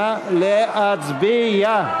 נא להצביע.